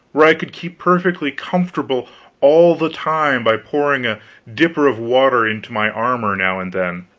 where i could keep perfectly comfortable all the time by pouring a dipper of water into my armor now and then